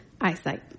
eyesight